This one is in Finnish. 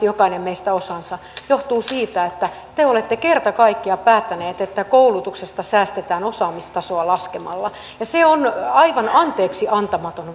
jokainen meistä osansa johtuu siitä että te te olette kerta kaikkiaan päättäneet että koulutuksesta säästetään osaamistasoa laskemalla se on aivan anteeksiantamaton